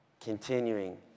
continuing